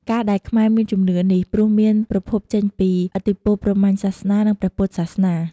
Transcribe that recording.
ការដែលខ្មែរមានជំនឿនេះ ព្រោះមានប្រភពចេញពីឥទ្ធិពលព្រហ្មញ្ញសាសនា និងព្រះពុទ្ធសាសនា។